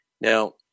Now